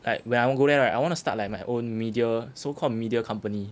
like when I want go there right I wanna start my own media so called media company